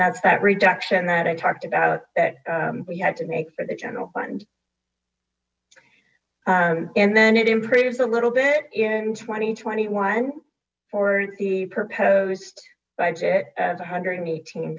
that's that reduction that i talked about that we had to make for the general fund and then it improves a little bit in twenty twenty one for the proposed budget one hundred eighteen